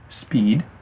speed